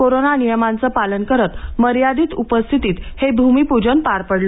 corona नियमांचे पालन करत मर्यादित उपस्थितीत हे भूमीपूजन पार पडले